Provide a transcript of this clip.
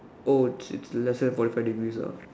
oh it's it's less than forty five degrees ah